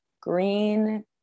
green